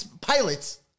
pilots